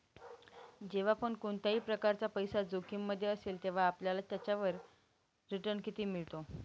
जेव्हा पण कोणत्याही प्रकारचा पैसा जोखिम मध्ये असेल, तेव्हा आपल्याला त्याच्यावर रिटन किती मिळतो?